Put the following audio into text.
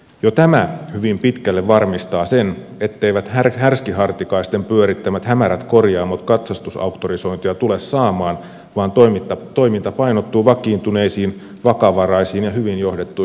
jo tämä hyvin pitkälle varmistaa sen etteivät härskihartikaisten pyörittämät hämärät korjaamot katsastusauktorisointia tule saamaan vaan että toiminta painottuu vakiintuneisiin vakavaraisiin ja hyvin johdettuihin yrityksiin